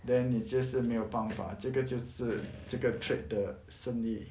then 你就是没有办法这个就是这个 trade 的生意